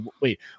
wait